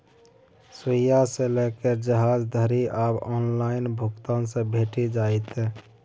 सुईया सँ लकए जहाज धरि आब ऑनलाइन भुगतान सँ भेटि जाइत